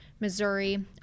Missouri